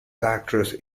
actress